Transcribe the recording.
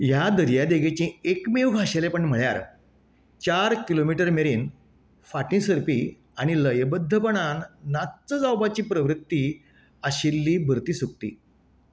ह्या दर्यादेगेचें एकमेव खाशेलपण म्हळ्यार चार किलोमिट मेरेन फाटी सरपी आनी लयबद्धपणान नाच्च जावपाची प्रवृत्ती आशिल्ली भरती सुकती